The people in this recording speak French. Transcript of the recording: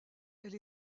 elle